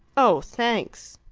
oh, thanks!